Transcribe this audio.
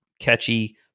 catchy